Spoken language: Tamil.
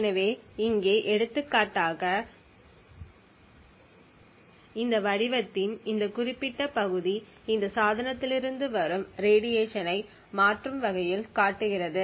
எனவே இங்கே எடுத்துக்காட்டாக இந்த வடிவத்தின் இந்த குறிப்பிட்ட பகுதி இந்த சாதனத்திலிருந்து வரும் ரேடியேஷன் ஐ மாற்றும் வகையில் காட்டுகிறது